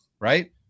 right